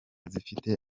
zifite